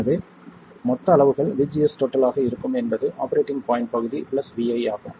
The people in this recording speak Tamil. எனவே மொத்த அளவுகள் VGS ஆக இருக்கும் என்பது ஆபரேட்டிங் பாய்ண்ட் பகுதி பிளஸ் vi ஆகும்